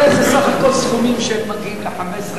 הרי זה סך הכול סכומים שמגיעים ל-15,000,